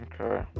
Okay